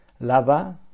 lava